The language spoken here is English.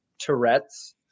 Tourette's